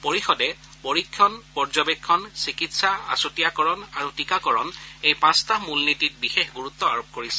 পৰিষদে পৰীক্ষণ পৰ্যবেক্ষণ চিকিৎসা আছুতীয়াকৰণ আৰু টীকাকৰণ এই পাঁচটা মূল নীতিত বিশেষ গুৰুত্ব আৰোপ কৰিছে